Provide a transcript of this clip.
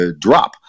drop